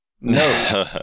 no